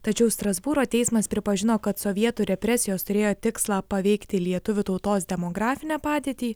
tačiau strasbūro teismas pripažino kad sovietų represijos turėjo tikslą paveikti lietuvių tautos demografinę padėtį